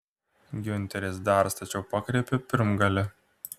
giunteris dar stačiau pakreipė pirmgalį